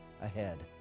ahead